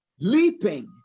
Leaping